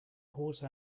horse